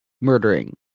murdering